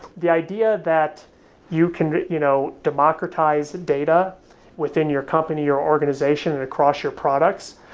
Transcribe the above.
the idea that you can you know democratize data within your company, your organization, and across your products,